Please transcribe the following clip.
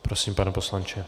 Prosím, pane poslanče.